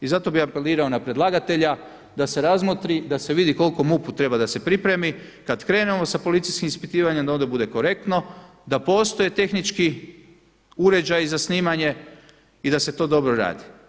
I zato bi apelirao na predlagatelja da se razmotri, da se vidi koliko MUP-u treba da se pripremi, kada krenemo sa policijskim ispitivanjem da ono bude korektno da postoje tehnički uređaji za snimanje i da se to dobro radi.